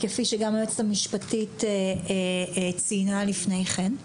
כפי שגם היועצת המשפטית ציינה לפני כן.